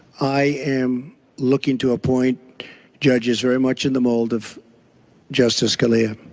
i am looking to appoint judges very much in the mold of justice scalia.